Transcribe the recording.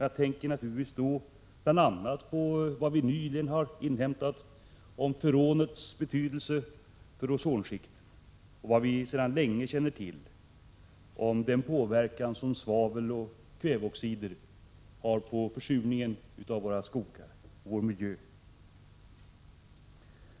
Jag tänker naturligtvis då bl.a. på vad vi nyligen har inhämtat om freonets betydelse för ozonskiktet och vad vi sedan länge känner till om försurningen och den påverkan som svaveloch kväveoxider har på våra skogar och vår miljö.